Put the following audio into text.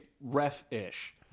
ref-ish